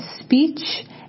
speech